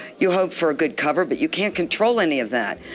you hope for a good cover, but you can't control any of that.